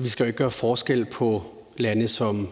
Vi skal jo ikke gøre forskel på lande som